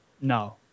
No